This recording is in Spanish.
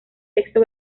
texto